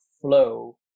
flow